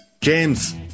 James